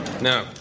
no